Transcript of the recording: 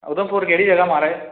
उधमपुर केह्ड़ी जगह् माराज